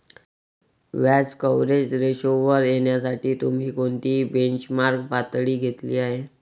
व्याज कव्हरेज रेशोवर येण्यासाठी तुम्ही कोणती बेंचमार्क पातळी घेतली आहे?